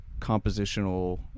compositional